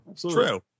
True